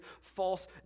false